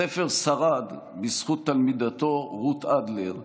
הספר שרד בזכות תלמידתו רות אדלר,